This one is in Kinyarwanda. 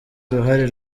uruhare